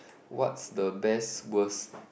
what's the best worse